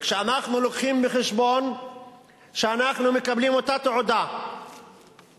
כשאנחנו מביאים בחשבון שאנחנו מקבלים אותה תעודה באוניברסיטה,